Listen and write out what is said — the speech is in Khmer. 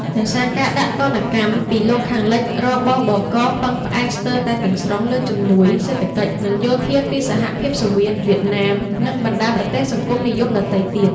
ដោយសារការដាក់ទណ្ឌកម្មពីលោកខាងលិច រ.ប.ប.ក. ពឹងផ្អែកស្ទើរតែទាំងស្រុងលើជំនួយសេដ្ឋកិច្ច និងយោធាពីសហភាពសូវៀត វៀតណាម និងបណ្ដាប្រទេសសង្គមនិយមដទៃទៀត។